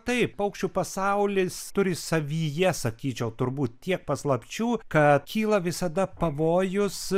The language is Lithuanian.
taip paukščių pasaulis turi savyje sakyčiau turbūt tiek paslapčių kad kyla visada pavojus